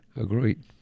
Agreed